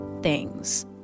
things